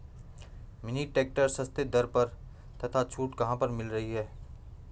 Mini tractor सस्ते दर पर तथा छूट कहाँ मिल रही है?